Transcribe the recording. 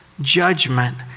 Judgment